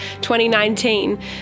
2019